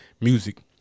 music